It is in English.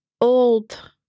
old